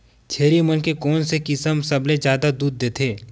छेरी मन के कोन से किसम सबले जादा दूध देथे?